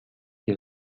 die